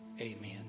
Amen